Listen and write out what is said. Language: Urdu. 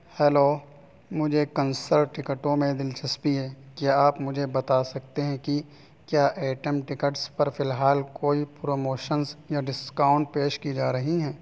ہیلو مجھے کنسرٹ ٹکٹوں میں دلچسپی ہے کیا آپ مجھے بتا سکتے ہیں کہ کیا ایٹم ٹکٹس پر فی الحال کوئی پروموشنز یا ڈسکاؤنٹ پیش کی جا رہی ہیں